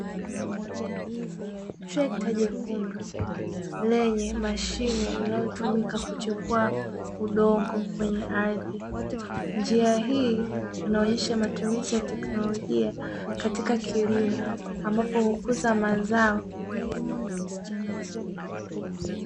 Trekta jekundu lenye mashine linalotumika kuchipuwa udongo kwenye ardhi, njia hii inaonyesha matumizi ya teknolojia katika kilimo ambapo hukuza mazao.